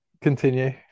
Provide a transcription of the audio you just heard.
continue